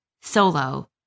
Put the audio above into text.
solo